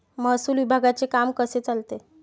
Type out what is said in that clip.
महसूल विभागाचे काम कसे चालते?